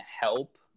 help